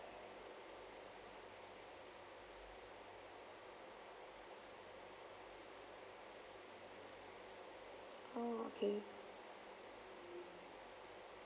oh okay